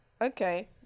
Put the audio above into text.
Okay